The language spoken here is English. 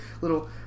little